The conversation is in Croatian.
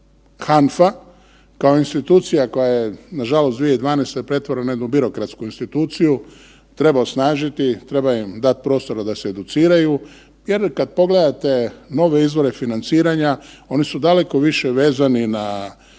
HANFA kao institucija koje je nažalost 2012. pretvorena u jednu birokratsku instituciju treba osnažiti, treba im dati prostora da se educiraju jer kad pogledate nove izvore financiranja oni su daleko više vezani na